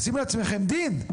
אתם עושים לעצמכם דין.